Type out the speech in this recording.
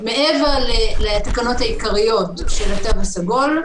מעבר לתקנות העיקריות של התו הסגול,